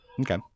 Okay